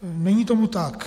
Není tomu tak.